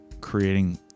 creating